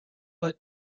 but